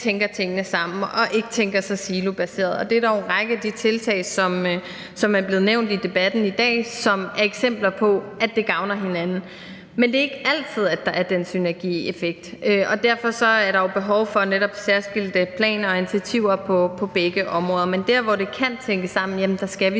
tænker tingene sammen og ikke tænker så silobaseret. Og det er der jo en række af de tiltag, som er blevet nævnt i debatten i dag, som er eksempler på, altså at de gavner hinanden. Men det er ikke altid, at der er den synergieffekt, og derfor er der behov for netop særskilte planer og initiativer på begge områder. Men der, hvor det kan tænkes sammen, skal vi